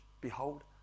Behold